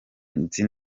nzi